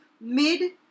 mid